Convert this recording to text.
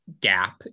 gap